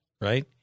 right